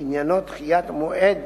שעניינו דחיית מועד